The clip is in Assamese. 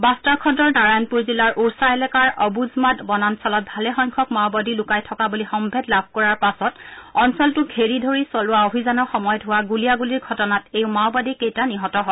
বাট্টাৰখণ্ডৰ নাৰায়ণপুৰ জিলাৰ ওৰ্ছা এলেকাৰ অবুজমাড বনাঞ্চলত ভালেসংখ্যক মাওবাদী লুকাই থকা বুলি সম্ভেদ লাভ কৰাৰ পাছত অঞ্চলটো ঘেৰি ধৰি চলোৱা অভিযানৰ সময়ত হোৱা গুলীয়াগুলীৰ ঘটনাত এই মাওবাদী কেইটা নিহত হয়